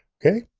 okay?